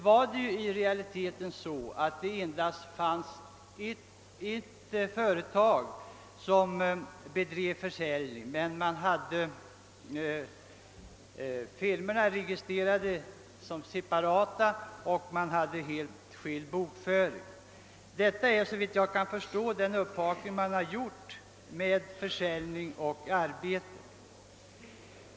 I realiteten var det så att det endast var ett företag som bedrev försäljning. Men detta företag hade de båda firmorna — tillverkningen och försäljningen — separat registrerade, och de hade även helt skild bokföring.